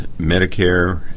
Medicare